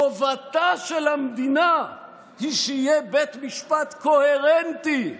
טובתה של המדינה היא שיהיה בית משפט קוהרנטי,